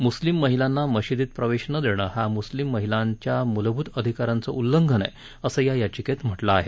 मुस्लिम महिलांना मशिदीत प्रवेश नं देणं हा मुस्लिम महिलांच्या मूलभूत अधिकारांचं उल्लंघन आहे असं या याचिकेत म्हटलं आहे